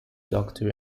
doctor